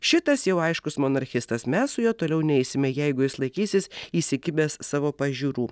šitas jau aiškus monarchistas mes su juo toliau neisime jeigu jis laikysis įsikibęs savo pažiūrų